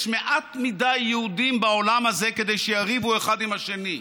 יש מעט יהודים בעולם הזה מכדי שיריבו אחד עם השני.